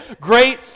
great